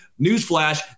Newsflash